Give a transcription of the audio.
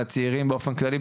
לצעירים באופן כללי,